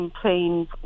playing